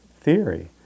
theory